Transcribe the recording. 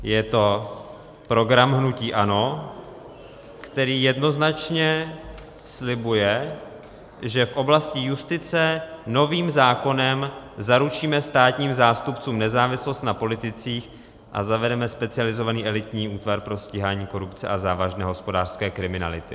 Je to program hnutí ANO, který jednoznačně slibuje, že v oblasti justice novým zákonem zaručíme státním zástupcům nezávislost na politicích a zavedeme specializovaný elitní útvar pro stíhání korupce a závažné hospodářské kriminality.